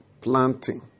planting